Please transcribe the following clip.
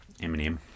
Eminem